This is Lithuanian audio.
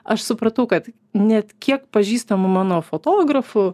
aš supratau kad net kiek pažįstamų mano fotografų